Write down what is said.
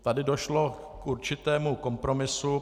Tady došlo k určitému kompromisu.